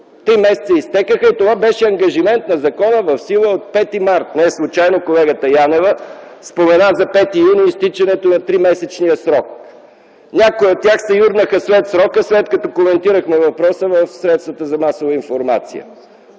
Три месеца изтекоха и това беше ангажимент на закона в сила от 5 март. Неслучайно колегата Янева спомена 5 юни, когато е изтичането на тримесечния срок. Някои от тях се юрнаха след срока, след като коментирахме въпроса в